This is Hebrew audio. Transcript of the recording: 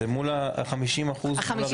זה מול ה-50% של חברות הביטוח.